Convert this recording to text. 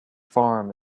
farm